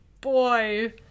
boy